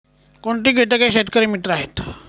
कोणती किटके शेतकरी मित्र आहेत?